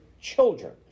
children